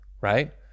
right